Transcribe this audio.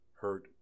hurt